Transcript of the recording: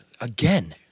Again